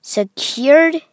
Secured